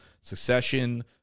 Succession